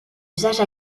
usage